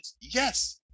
yes